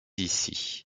ici